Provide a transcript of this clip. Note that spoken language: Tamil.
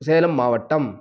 சேலம் மாவட்டம்